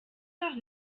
nach